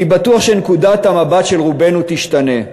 אני בטוח שנקודת המבט של רובנו תשתנה,